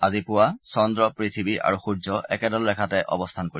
আজি পুৱা চন্দ্ৰ পৃথিৱী আৰু সূৰ্য একেডাল ৰেখাতে অৱস্থান কৰিব